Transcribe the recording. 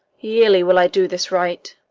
yearly will i do this rite.